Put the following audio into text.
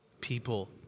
people